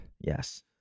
Yes